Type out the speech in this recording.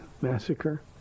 massacre